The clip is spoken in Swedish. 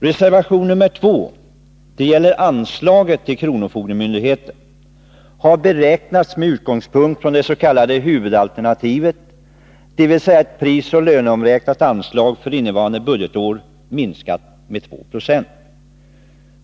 Reservation nr 2 gäller anslaget till kronofogdemyndigheterna. Det har beräknats med utgångspunkt från det s.k. huvudalternativet, dvs. ett prisoch löneomräknat anslag för innevarande budgetår, minskat med 2 96.